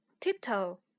tiptoe